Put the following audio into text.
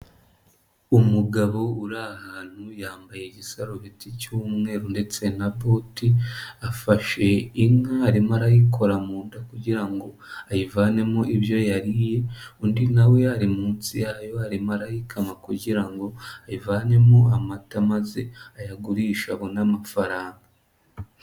Umugabo uri ahantu yambaye igisarubeti cy'umweru ndetse na bote afashe inka arimo arayikora mu nda kugira ngo ayivanemo ibyo yariye, undi nawe we ari munsi arimo arayikama kugira ngo ayivanemo amata maze ayagurisha aboneama amafaranga.